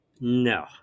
No